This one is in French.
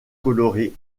coloré